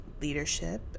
leadership